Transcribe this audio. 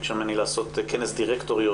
היא ביקשה ממני לעשות כנס דירקטוריות